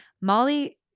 Molly